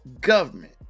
government